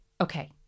okay